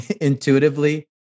intuitively